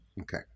Okay